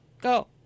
Go